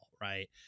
right